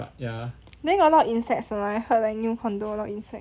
then got a lot insects or not I heard new condo a lot of insects